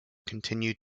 continued